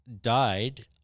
died